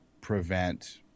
prevent